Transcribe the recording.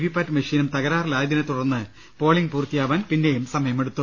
വിപാറ്റ് മെഷീനും തകരാറായതിനെ തുടർന്ന് പോളിംഗ് പൂർത്തിയാവാൻ പിന്നെയും സമയമെടുത്തു